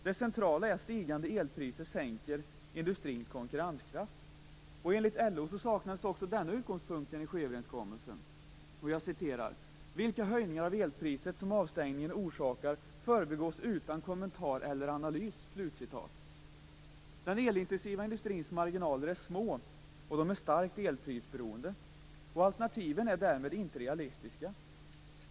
Det centrala är att stigande elpriser minskar industrins konkurrenskraft. Enligt LO saknas också denna utgångspunkt i energiöverenskommelsen. Man säger så här: Vilka höjningar av elpriset som avstängningen orsakar förbigås utan kommentar eller analys. Den elintensiva industrins marginaler är små, och denna industri är starkt elprisberoende. Alternativen är därmed inte realistiska.